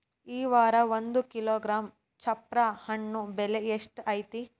ಈ ವಾರ ಒಂದು ಕಿಲೋಗ್ರಾಂ ಚಪ್ರ ಹಣ್ಣ ಬೆಲೆ ಎಷ್ಟು ಐತಿ?